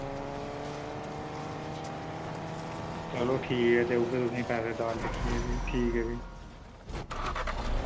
चलो ठीक ऐ देऊगे तुसें पैसे दाल दिक्खियै फ्ही ठीक ऐ फ्ही